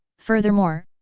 furthermore,